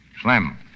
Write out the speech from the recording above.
Slim